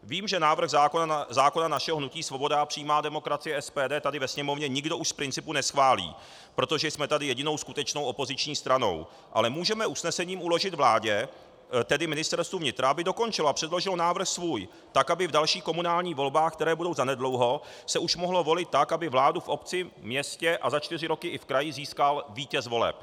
Vím, že návrh zákona našeho hnutí Svoboda a přímá demokracie SPD tady ve Sněmovně nikdo už z principu neschválí, protože jsme tady jedinou skutečnou opoziční stranou, ale můžeme usnesením uložit vládě, tedy Ministerstvu vnitra, aby dokončilo a předložilo návrh svůj, tak aby v dalších komunálních volbách, které budou zanedlouho, se už mohlo volit tak, aby vládu v obci, ve městě a za čtyři roky i v kraji získal vítěz voleb.